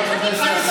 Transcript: ביזיון.